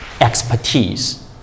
Expertise